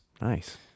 Nice